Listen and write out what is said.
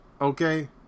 Okay